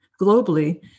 globally